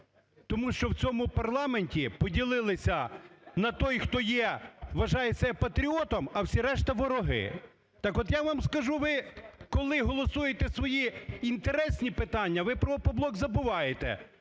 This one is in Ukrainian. Тому що в цьому парламенті поділилися на той, хто є, вважає себе патріотом, а всі решта – вороги. Так от я вам скажу, ви коли голосуєте свої інтересні питання, ви про "Опоблок" забуваєте.